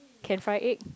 can fry egg